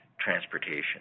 transportation